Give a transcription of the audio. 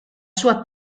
sua